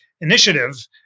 initiative